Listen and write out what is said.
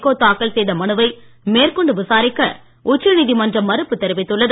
கோ தாக்கல் செய்த மனுவை மேற்கொண்டு விசாரிக்க உச்சநீதிமன்றம் மறுப்பு தெரிவித்துள்ளது